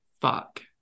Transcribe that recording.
fuck